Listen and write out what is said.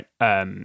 right